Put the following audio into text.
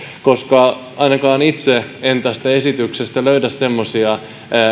ainakaan itse en tästä esityksestä löydä semmoisia